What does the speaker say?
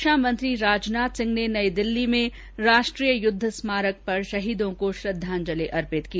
रक्षा मंत्री राजनाथ सिंह ने नई दिल्ली में राष्ट्रीय युद्ध स्मारक पर शहीदों को श्रद्वांजलि अर्पित की